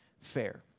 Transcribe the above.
fair